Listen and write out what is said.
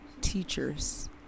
teachers